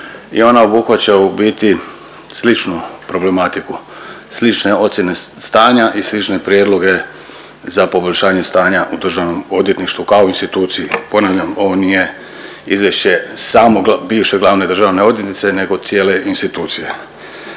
i ona obuhvaćaju u biti sličnu problematiku, slične ocjene stanja i slične prijedloge za poboljšanje stanja u državnom odvjetništvu kao instituciji. Ponavljam ovo nije izvješće samo bivše glavne državne odvjetnice nego cijele institucije.